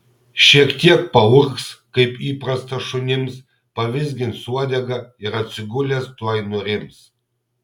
šiek tiek paurgs kaip įprasta šunims pavizgins uodega ir atsigulęs tuoj nurims